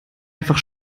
einfach